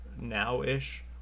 now-ish